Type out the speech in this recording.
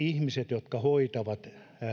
jotka hoitavat